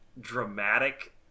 dramatic